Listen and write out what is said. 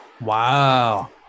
Wow